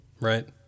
right